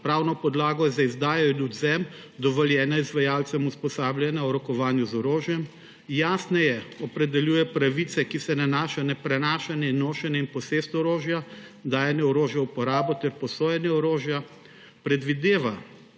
pravna podlaga za izdajo in odvzem dovoljenja izvajalcem usposabljanja o rokovanju z orožjem, jasneje opredeljuje pravice, ki se nanašajo na prenašanje, nošenje in posest orožja, dajanje orožja v uporabo ter posojanje orožja. Predvideva,